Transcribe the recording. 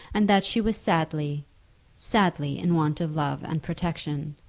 and that she was sadly sadly in want of love and protection.